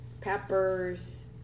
peppers